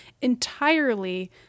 entirely